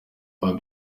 hop